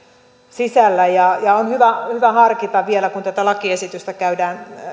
sisällä ja on hyvä hyvä harkita vielä kun tätä lakiesitystä käydään